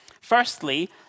Firstly